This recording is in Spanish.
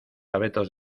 abetos